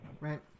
Right